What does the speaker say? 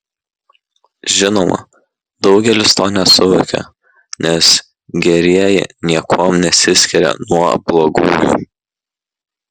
žinoma daugelis to nesuvokia nes gerieji niekuom nesiskiria nuo blogųjų